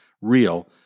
real